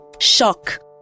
shock